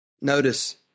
Notice